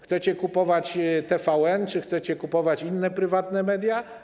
Chcecie kupować TVN, czy chcecie kupować inne prywatne media?